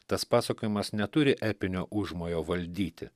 tas pasakojimas neturi epinio užmojo valdyti